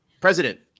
president